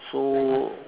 so